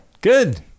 Good